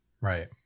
right